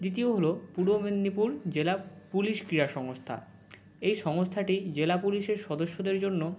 দ্বিতীয় হলো পূর্ব মেদিনীপুর জেলা পুলিশ ক্রীড়া সংস্থা এই সংস্থাটি জেলা পুলিশের সদস্যদের জন্য